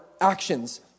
actions